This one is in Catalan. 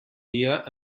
dia